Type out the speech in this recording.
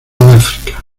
áfrica